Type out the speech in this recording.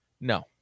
No